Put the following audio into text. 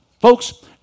Folks